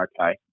Okay